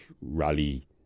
rally